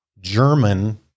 German